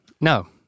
No